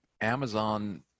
Amazon